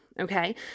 okay